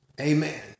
Amen